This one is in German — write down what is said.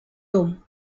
dumm